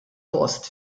post